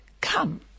come